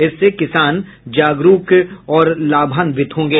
इससे किसान जागरूक और लाभान्वित होंगे